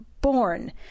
born